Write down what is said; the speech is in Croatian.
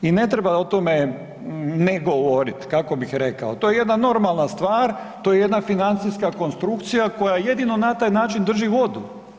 I ne treba o tome ne govoriti, kako bih rekao, to je jedna normalna stvar to je jedna financijska konstrukcija koja jedino na taj način drži vodu.